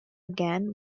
again